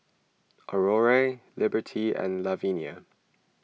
Aurore Liberty and Lavinia